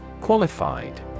Qualified